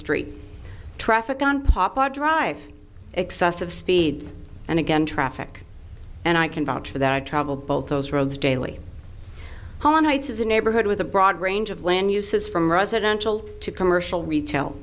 street traffic on papad drive excessive speeds and again traffic and i can vouch for that i travel both those roads daily whole nights as a neighborhood with a broad range of land uses from residential to commercial retail